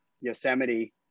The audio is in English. Yosemite